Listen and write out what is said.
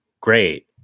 great